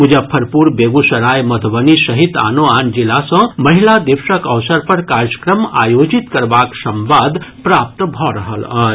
मुजफ्फरपुर बेगूसराय मधुबनी सहित आनो आन जिला सँ महिला दिवसक अवसर पर कार्यक्रम आयोजित करबाक संवाद प्राप्त भऽ रहल अछि